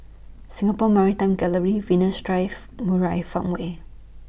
Singapore Maritime Gallery Venus Drive Murai Farmway